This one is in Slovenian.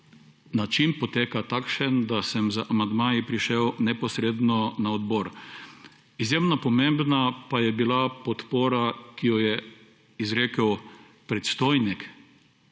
način poteka takšen, da sem z amandmaji prišel neposredno na odbor. Izjemno pomembna pa je bila podpora, ki jo je izrekel predstojnik Inštituta